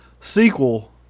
sequel